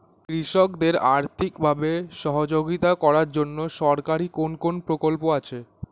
কৃষকদের আর্থিকভাবে সহযোগিতা করার জন্য সরকারি কোন কোন প্রকল্প আছে?